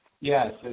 Yes